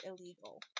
illegal